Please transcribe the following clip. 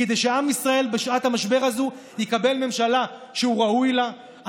כדי שעם ישראל בשעת המשבר הזו יקבל ממשלה שהוא ראוי לה,